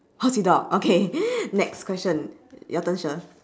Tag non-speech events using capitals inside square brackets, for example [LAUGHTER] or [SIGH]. horsey dog okay [NOISE] next question your turn shir